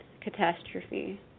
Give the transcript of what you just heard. catastrophe